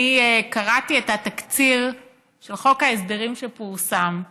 אני קראתי את התקציר של חוק ההסדרים שפורסם,